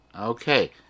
Okay